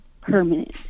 permanent